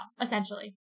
essentially